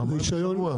פעם בשבוע.